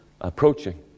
approaching